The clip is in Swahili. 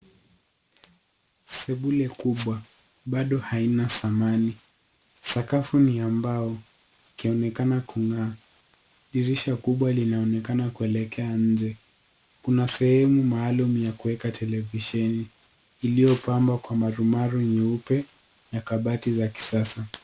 Sebule kubwa bado haina samani sakafu ni ya mbao ikionekana kungaa . Dirisha kubwa linaonekana kuelekea njee kuna sehemu maalum ya kuweka televisheni iliyo pambw akwa marumaru nyeupe na kabati za kisasa.